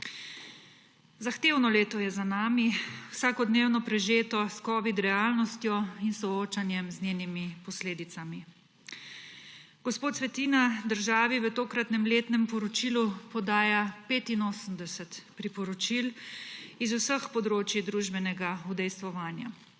Zahtevno leto je za nami, vsakodnevno prežeto s covid realnostjo in s soočanjem z njenimi posledicami. Gospod Svetina državi v tokratnem letnem poročilu podaja 85 priporočil z vseh področij družbenega udejstvovanja,